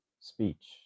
speech